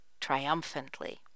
triumphantly